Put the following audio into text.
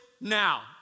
now